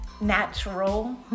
natural